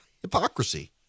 hypocrisy